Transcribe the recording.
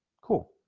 cool